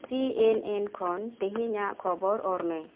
ᱥᱤ N N ᱠᱷᱚᱱ ᱛᱮᱦᱮᱧᱟᱜ ᱠᱷᱚᱵᱚᱨ ᱚᱨ ᱢᱮ